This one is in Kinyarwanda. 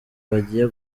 bagiye